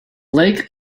lake